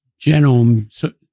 genome